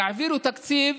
תעבירו תקציב